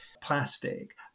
plastic